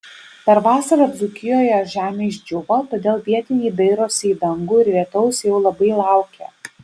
per vasarą dzūkijoje žemė išdžiūvo todėl vietiniai dairosi į dangų ir lietaus jau labai laukia